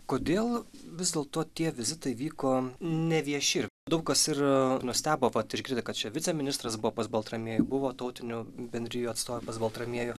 kodėl vis dėlto tie vizitai vyko nevieši daug kas ir nustebo vat išgirdę kad čia viceministras buvo pas baltramiejų buvo tautinių bendrijų atstovai pas baltramiejų